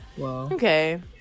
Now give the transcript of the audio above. Okay